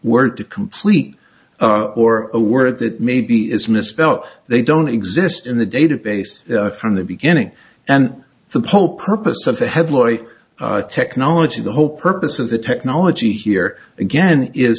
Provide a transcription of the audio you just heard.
word to complete or a word that maybe is misspelt they don't exist in the database from the beginning and the pope purpose of the head lawyer technology the whole purpose of the technology here again is